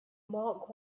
mark